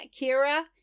Kira